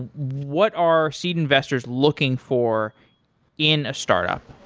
and what are seed investors looking for in a startup?